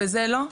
בזה לא?